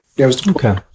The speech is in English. Okay